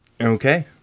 Okay